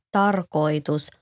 tarkoitus